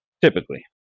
typically